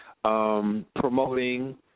Promoting